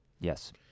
Yes